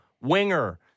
winger